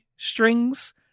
strings